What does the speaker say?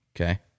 Okay